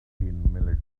been